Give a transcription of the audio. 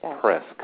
press